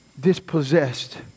dispossessed